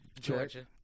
Georgia